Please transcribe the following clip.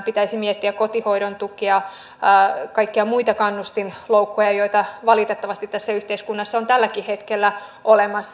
pitäisi miettiä kotihoidon tukea ja kaikkia muita kannustinloukkuja joita valitettavasti tässä yhteiskunnassa on tälläkin hetkellä olemassa